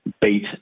beat